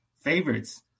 Favorites